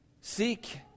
Seek